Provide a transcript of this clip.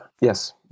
yes